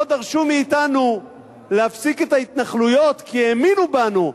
לא דרשו מאתנו להפסיק את ההתנחלויות כי האמינו בנו,